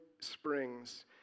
springs